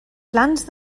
plans